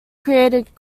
created